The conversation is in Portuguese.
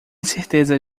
certeza